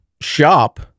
shop